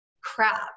crap